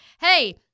Hey